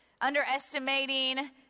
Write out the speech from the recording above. Underestimating